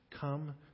Come